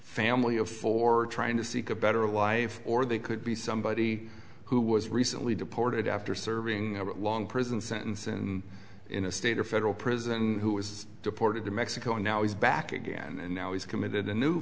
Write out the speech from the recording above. family of four trying to seek a better life or they could be somebody who was recently deported after serving a long prison sentence and in a state or federal prison who was deported to mexico now he's back again and now he's committed a new